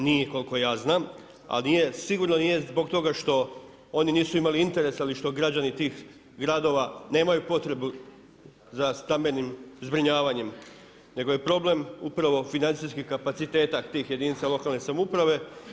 Nije koliko ja znam, ali nije, sigurno nije zbog toga što oni nisu imali interesa ili što građani tih gradova nemaju potrebu za stambenim zbrinjavanjem nego je problem upravo financijskih kapaciteta tih jedinica lokalne samouprave.